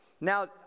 Now